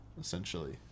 essentially